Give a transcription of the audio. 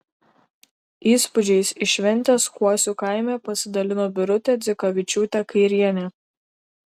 įspūdžiais iš šventės kuosių kaime pasidalino birutė dzikavičiūtė kairienė